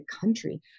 country